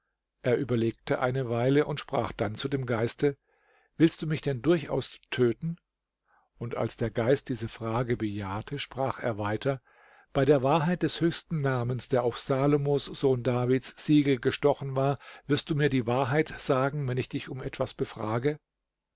er überlegte eine weile und sprach dann zu dem geiste willst du mich denn durchaus töten und als der geist diese frage bejahte sprach er weiter bei der wahrheit des höchsten namens der auf salomos sohn davids siegel gestochen war wirst du mir die wahrheit sagen wenn ich dich um etwas befrage